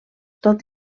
tot